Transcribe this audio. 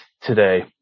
today